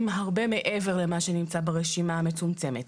הרבה מעבר למה שנמצא ברשימה המצומצמת.